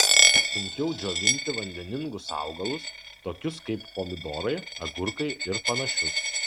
sunkiau džiovinti vandeningus augalus tokius kaip pomidorai agurkai ir panašius